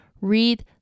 read